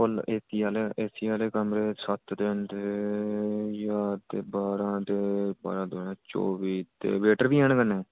फुल AC आह्ले AC आह्ले कमरे सत्त ते ज्हार ते बारां ते बारां दूना चौह्बी ते वेटर बी हैन कन्नै